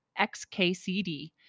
XKCD